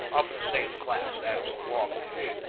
of the same class as the wabash.